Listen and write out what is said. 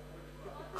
תפרט כל שלב, כל פרט.